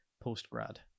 post-grad